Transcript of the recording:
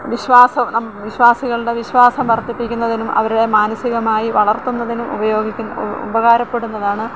വിശ്വാസം വിശ്വാസികളുടെ വിശ്വാസം വര്ദ്ധിപ്പിക്കുന്നതിനും അവരെ മാനസികമായി വളര്ത്തുന്നതിനും ഉപകാരപ്പെടുന്നതാണ്